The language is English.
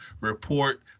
Report